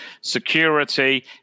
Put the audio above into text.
security